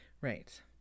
Right